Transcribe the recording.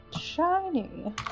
Shiny